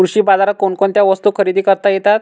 कृषी बाजारात कोणकोणत्या वस्तू खरेदी करता येतात